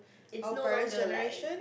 it's no longer like